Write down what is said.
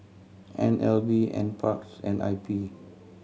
N L B Nparks and I P